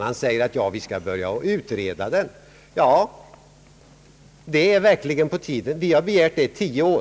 Han säger att vi skall börja utreda den. Det är verkligen på tiden! Vi har begärt det under tio år.